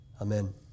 Amen